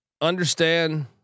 understand